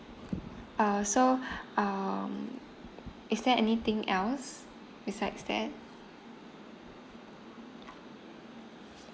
uh so um is there anything else besides that